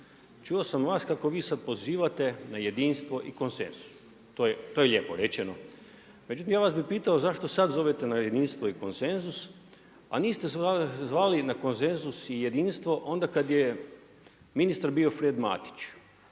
čuo sam od vas kako vi sada pozivate na jedinstvo i konsenzus, to je lijepo rečeno. Međutim ja bih vas pitao zašto sada zovete na jedinstvo i konsenzus, a niste zvali na konsenzus i jedinstvo onda kada je ministar bio Fred Matić.